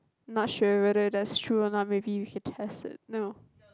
not sure whether that's true a not maybe you can test it no